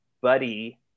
buddy